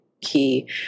key